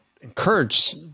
encourage